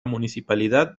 municipalidad